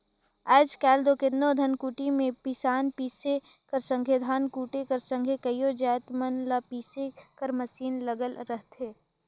आएज काएल दो केतनो धनकुट्टी में पिसान पीसे कर संघे धान कूटे कर संघे कइयो जाएत मन ल पीसे कर मसीन लगल रहथे